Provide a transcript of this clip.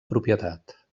propietat